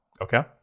Okay